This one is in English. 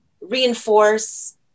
reinforce